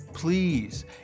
Please